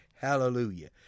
Hallelujah